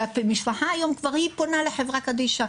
והמשפחה היום, כבר היא פונה לחברה קדישא.